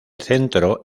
centro